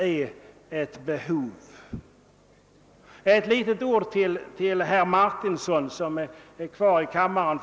Låt mig säga några ord till herr Martinsson som fortfarande är kvar i kammaren.